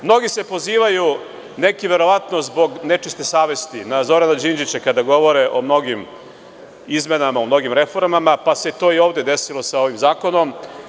Mnogi se pozivaju, neki verovatno zbog nečiste savesti, na Zorana Đinđića kada govore o mnogim izmenama, o mnogim reformama, pa se to i ovde desilo sa ovim zakonom.